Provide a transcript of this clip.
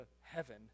heaven